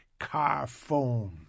Carphone